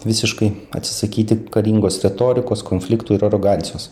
visiškai atsisakyti karingos retorikos konfliktų ir arogancijos